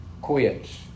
quits